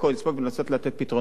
לספוג ולנסות לתת פתרונות